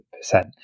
percent